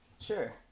Sure